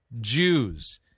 Jews